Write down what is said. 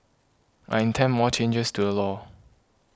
I intend more changes to the law